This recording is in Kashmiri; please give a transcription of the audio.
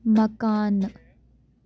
مکانہٕ